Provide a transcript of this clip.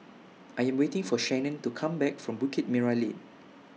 I Am waiting For Shanon to Come Back from Bukit Merah Lane